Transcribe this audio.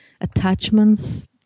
attachments